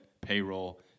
payroll